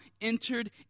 entered